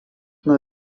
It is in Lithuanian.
nuo